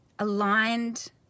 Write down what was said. aligned